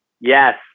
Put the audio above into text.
Yes